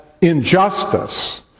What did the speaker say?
Injustice